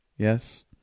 Yes